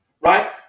Right